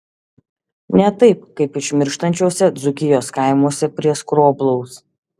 ne taip kaip išmirštančiuose dzūkijos kaimuose prie skroblaus